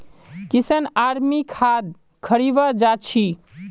किशन आर मी खाद खरीवा जा छी